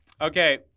Okay